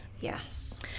Yes